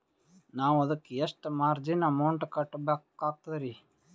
ನಾವು ಅದಕ್ಕ ಎಷ್ಟ ಮಾರ್ಜಿನ ಅಮೌಂಟ್ ಕಟ್ಟಬಕಾಗ್ತದ್ರಿ?